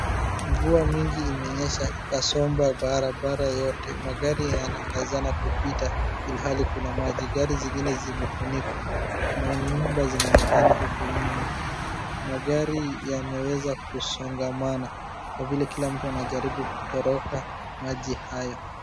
Mvua mingi imenyesha ikasomba barabara yote. Magari yanakazana kupita, ilhali kuna maji. Gari zingine zimefunikwa, manyumba zinaonekana huku nyuma, magari yameweza kusongamana, kwa vile kila mtu anajaribu kutoroka maji hayo.